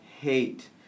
hate